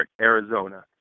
Arizona